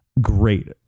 great